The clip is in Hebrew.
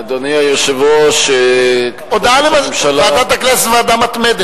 הודעה ליושב-ראש ועדת הכנסת.